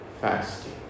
fasting